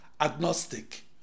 agnostic